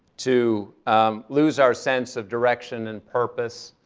to lose our sense of direction and purpose,